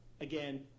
Again